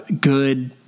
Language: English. good